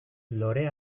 lore